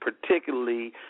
particularly